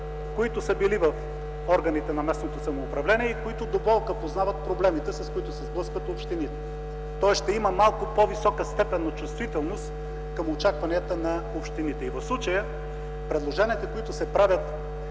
които са били в органите на местното самоуправление и които до болка познават проблемите, с които се сблъскват общините. Тоест ще има малко по-висока степен на чувствителност към очакванията на общините. В случая предложенията, които се правят,